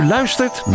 Luistert